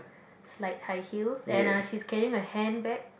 slight high heels and uh she's carrying a handbag